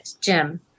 Jim